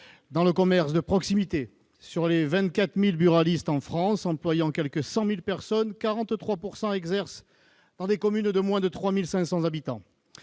dans le commerce de proximité. Sur les 24 000 buralistes en France, qui emploient quelque 100 000 personnes, 43 % exercent dans des communes de moins de 3 500 habitants.